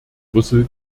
brüssel